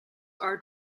are